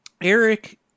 Eric